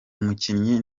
umukinnyi